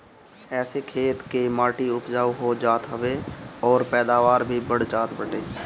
एसे खेत कअ माटी उपजाऊ हो जात हवे अउरी पैदावार भी बढ़ जात बाटे